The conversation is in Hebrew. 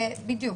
בדיוק,